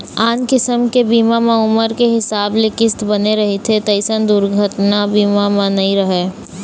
आन किसम के बीमा म उमर के हिसाब ले किस्त बने रहिथे तइसन दुरघना बीमा म नइ रहय